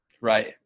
Right